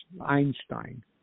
Einstein